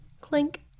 Clink